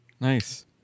Nice